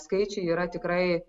skaičiai yra tikrai